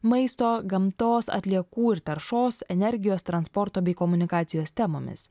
maisto gamtos atliekų ir taršos energijos transporto bei komunikacijos temomis